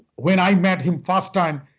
when i met him first time,